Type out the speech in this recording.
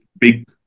big